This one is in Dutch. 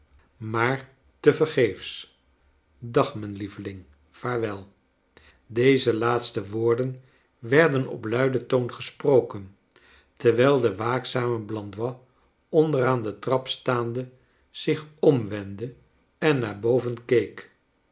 maar te vergeefs dag mijn lieveling vaarwel i deze laatste woorden werden op luiden toon gesproken terwijl de waakzame blandois onderaan d trap staande zich omwendde en naar boven keek